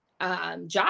Job